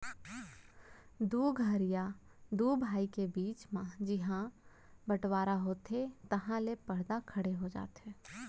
दू घर या दू भाई के बीच म जिहॉं बँटवारा होथे तहॉं ले परदा खड़े हो जाथे